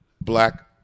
black